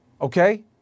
okay